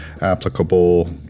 applicable